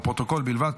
לפרוטוקול בלבד,